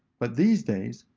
but these days,